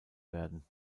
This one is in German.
werden